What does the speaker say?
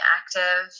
active